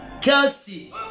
Kelsey